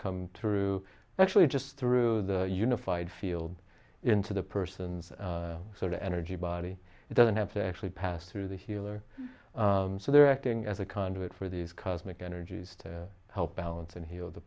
come through actually just through the unified field into the person's sort of energy body it doesn't have to actually pass through the healer so they're acting as a conduit for these cosmic energies to help balance and heal the